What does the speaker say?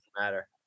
matter